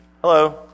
Hello